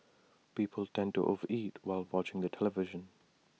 people tend to over eat while watching the television